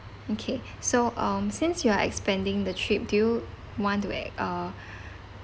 okay so um since you are expanding the trip do you want to add uh